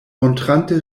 montrante